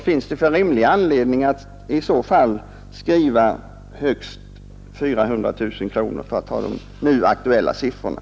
Finns det någon rimlig anledning att skriva att ersättningen då får vara högst 400 000 kronor?